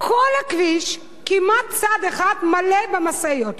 כל הכביש, כמעט צד אחד, מלא במשאיות.